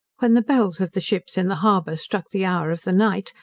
when the bells of the ships in the harbour struck the hour of the night,